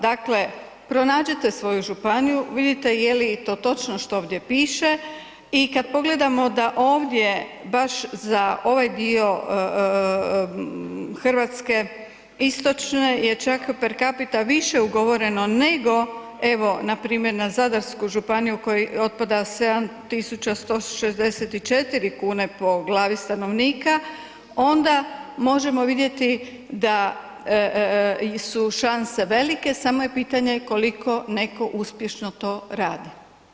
Dakle, pronađite svoju županiju, vidite je li i to točno što ovdje piše i kad pogledamo da ovdje baš za ovaj dio Hrvatske istočne je čak per capita više ugovoreno nego evo npr. na Zadarsku županiju kojoj otpada 7164 kune po glavi stanovnika, onda možemo vidjeti da su šanse velike samo je pitanje koliko neko uspješno to radi.